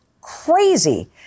crazy